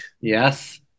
Yes